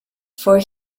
for